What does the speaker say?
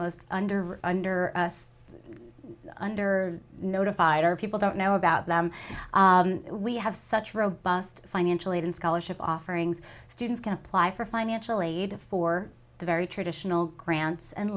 most under under us under notified our people that know about them we have such robust financial aid and scholarship offerings students can apply for financial aid for the very traditional grants and